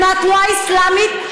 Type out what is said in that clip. ומהתנועה האסלמית,